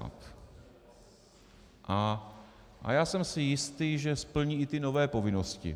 A jsem si jistý, že splní i ty nové povinnosti.